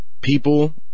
people